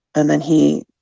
and then he